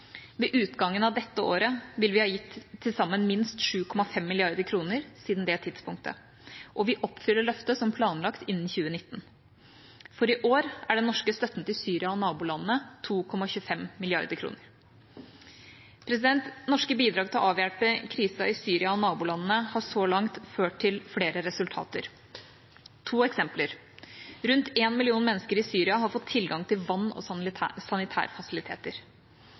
sammen minst 7,5 mrd. kr siden det tidspunktet, og vi oppfyller løftet som planlagt innen 2019. For i år er den norske støtten til Syria og nabolandene på 2,25 mrd. kr. Norske bidrag til å avhjelpe krisen i Syria og nabolandene har så langt ført til flere resultater. To eksempler: Rundt én million mennesker i Syria har fått tilgang til vann- og sanitærfasiliteter.